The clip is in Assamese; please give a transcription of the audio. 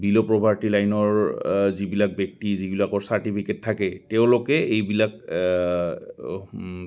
বিল' প্ৰভাৰ্টি লাইনৰ যিবিলাক ব্যক্তি যিবিলাকৰ চাৰ্টিফিকেট থাকে তেওঁলোকে এইবিলাক